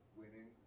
winning